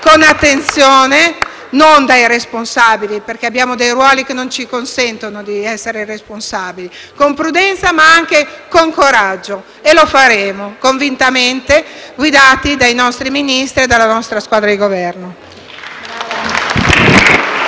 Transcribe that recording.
con attenzione, non da irresponsabili perché abbiamo dei ruoli che non ci consentono di essere irresponsabili; con prudenza, ma anche con coraggio e lo faremo convintamente guidati dai nostri Ministri e dalla nostra squadra di Governo.